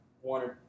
one